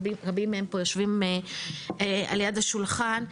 רבים מהם פה יושבים על יד השולחן.